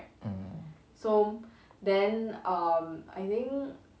mm